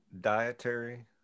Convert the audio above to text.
dietary